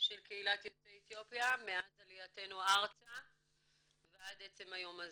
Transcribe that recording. קהילת יוצאי אתיופיה מאז עלייתנו ארצה ועד עצם היום הזה.